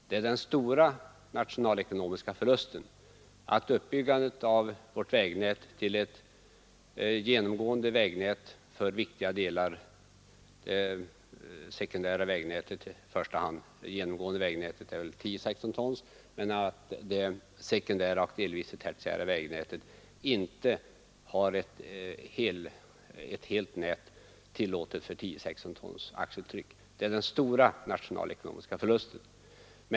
Den stora nationalekonomiska förlusten är att i första hand det sekundära och delvis det tertiära vägnätet inte genomgående tillåter 10/16 tons tryck.